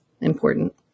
important